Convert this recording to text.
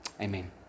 Amen